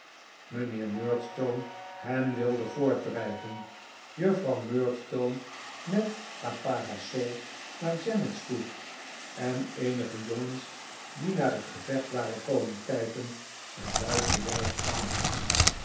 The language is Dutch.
mijnheer murdstone hem wilde voortdrijven juffrouw murdstone met haar parasol naar janet sloeg en eenige jongens die naar het gevecht waren komen kijken een luid gejuich aanhieven